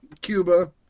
Cuba